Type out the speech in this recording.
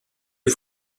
les